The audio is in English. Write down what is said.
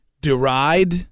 deride